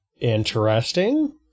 Interesting